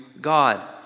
God